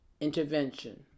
intervention